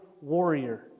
warrior